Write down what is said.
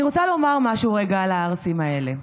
אני רוצה לומר משהו רגע על הערסים האלה.